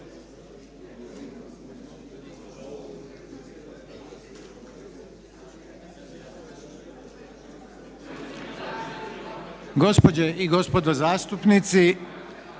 gospođe i gospodo zastupnici,